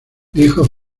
dijo